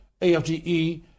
AFGE